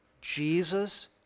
Jesus